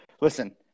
listen